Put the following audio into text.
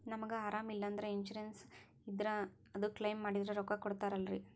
ನಮಗ ಅರಾಮ ಇಲ್ಲಂದ್ರ ಇನ್ಸೂರೆನ್ಸ್ ಇದ್ರ ಅದು ಕ್ಲೈಮ ಮಾಡಿದ್ರ ರೊಕ್ಕ ಕೊಡ್ತಾರಲ್ರಿ?